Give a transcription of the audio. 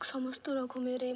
সমস্ত রকমের